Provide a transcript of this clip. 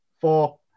Four